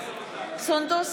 סונדוס